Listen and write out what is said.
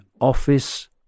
office